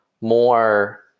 more